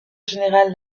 général